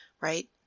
right